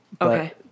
Okay